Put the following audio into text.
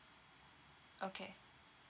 okay